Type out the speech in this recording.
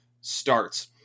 starts